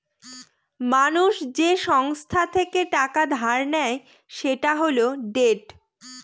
মানুষ যে সংস্থা থেকে টাকা ধার নেয় সেটা হল ডেট